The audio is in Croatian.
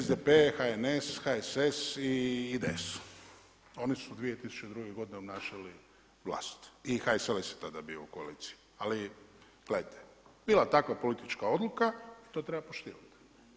SDP, HNS, HSS i IDS, oni su 2002. godine obnašali vlast i HSLS je tada bio u koaliciji, ali gledajte, bila takva politička odluka, to treba poštivati.